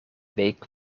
week